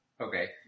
Okay